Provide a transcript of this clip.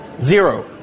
zero